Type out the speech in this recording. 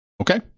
Okay